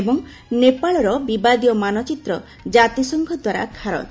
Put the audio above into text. ଏବଂ ନେପାଳର ବିବାଦୀୟ ମାନଚିତ୍ର କାତିସଂଘଦ୍ୱାରା ଖାରଜ